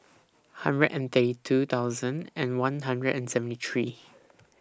hundred and thirty two thousand and one hundred and seventy three